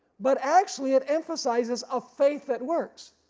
but actually it emphasizes a faith that works.